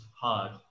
hard